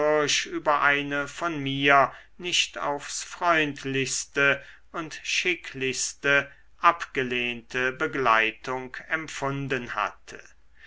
über eine von mir nicht aufs freundlichste und schicklichste abgelehnte begleitung empfunden hatte